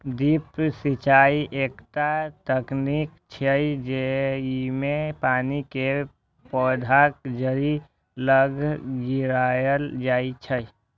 drip सिंचाइ एकटा तकनीक छियै, जेइमे पानि कें पौधाक जड़ि लग गिरायल जाइ छै